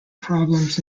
problems